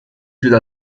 chiude